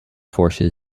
force